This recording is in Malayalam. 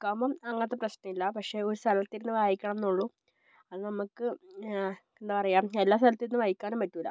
ബുക്കാവുമ്പം അങ്ങനത്തെ പ്രശ്നം ഇല്ല പക്ഷേ ഒരു സ്ഥലത്തിരുന്ന് വായിക്കണം എന്നെയുള്ളു അത് നമ്മൾക്ക് എന്താ പറയുക എല്ലാ സ്ഥലത്തിരുന്ന് വായിക്കാനും പറ്റില്ല